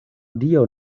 dio